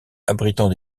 abritant